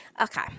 Okay